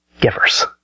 givers